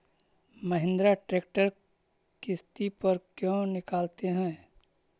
Mahindra tractor किसति पर क्यों निकालते हैं?